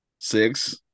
Six